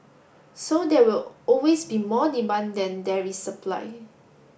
so there will always be more demand than there is supply